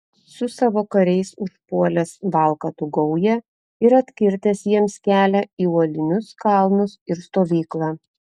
su savo kariais užpuolęs valkatų gaują ir atkirtęs jiems kelią į uolinius kalnus ir stovyklą